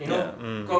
ya mm